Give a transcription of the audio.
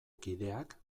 kideak